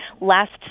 last